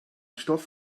stoff